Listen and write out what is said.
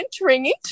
entering